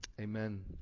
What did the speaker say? amen